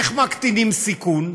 איך מקטינים סיכון?